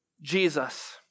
Jesus